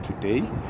today